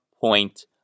point